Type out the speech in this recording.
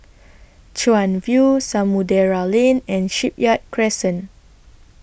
Chuan View Samudera Lane and Shipyard Crescent